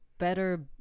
Better